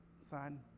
son